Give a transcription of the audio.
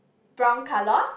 brown colour